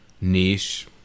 niche